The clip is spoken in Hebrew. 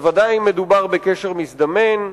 ודאי אם מדובר בקשר מזדמן,